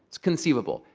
conceivable.